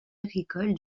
agricole